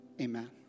Amen